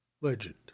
legend